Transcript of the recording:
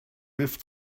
with